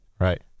Right